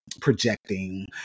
projecting